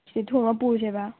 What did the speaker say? ꯁꯤ ꯊꯣꯡꯉꯒ ꯄꯨꯁꯦꯕ